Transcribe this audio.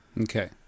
Okay